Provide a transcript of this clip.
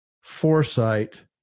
foresight